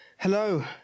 Hello